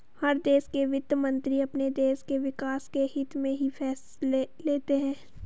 हर देश के वित्त मंत्री अपने देश के विकास के हित्त में ही फैसले लेते हैं